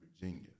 Virginia